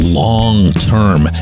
long-term